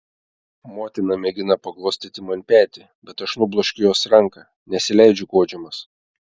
motina mėgina paglostyti man petį bet aš nubloškiu jos ranką nesileidžiu guodžiamas